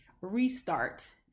restart